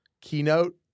Keynote